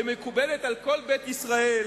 היא מקובלת על כל בית ישראל,